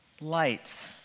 light